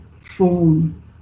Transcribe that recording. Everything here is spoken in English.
form